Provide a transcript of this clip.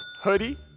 hoodie